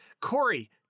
Corey